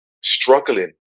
struggling